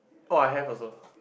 oh I have also